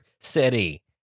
city